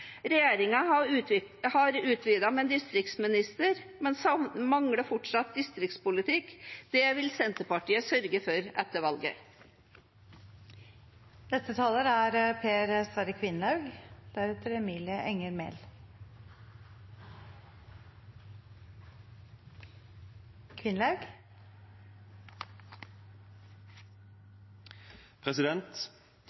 har utvidet med en distriktsminister, men mangler fortsatt distriktspolitikk. Det vil Senterpartiet sørge for etter valget. Vi er